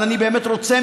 אבל אני באמת רוצה,